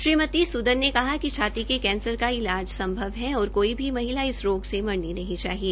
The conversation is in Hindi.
श्रीमती सूदन ने कहा कि छाती के कैंसर का इलाज संभव है और कोई भी महिला इस रोग से मरनी चाहिए